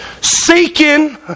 Seeking